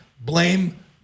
blame